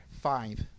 five